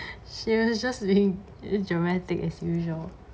serious she's just being dramatic as usual